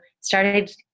started